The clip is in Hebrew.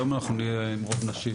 היום אנחנו נהיה עם רוב נשי,